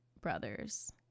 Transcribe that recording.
brothers